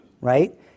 right